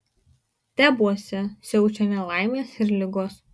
tebuose siaučia nelaimės ir ligos